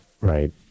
right